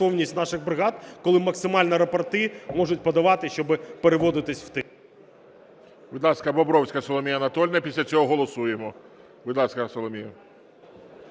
Будь ласка, Бобровська Соломія Анатоліївна. Після цього голосуємо. Будь ласка, Соломія.